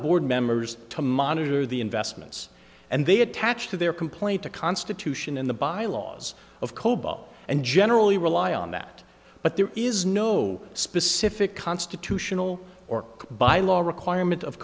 board members to monitor the investments and they attach to their point the constitution in the bylaws of cobol and generally rely on that but there is no specific constitutional or bylaw requirement of